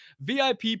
VIP